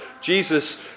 Jesus